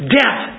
death